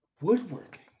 Woodworking